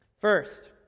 First